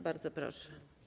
Bardzo proszę.